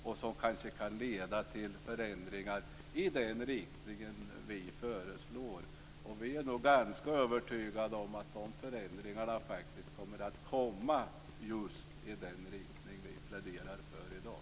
Det kan kanske leda till förändringar i den riktning vi föreslår. Vi är nog ganska övertygade om att förändringar kommer i just den riktning som vi pläderar för i dag.